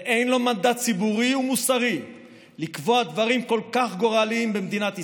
אין לו מנדט ציבורי ומוסרי לקבוע דברים כל כך גורליים במדינת ישראל.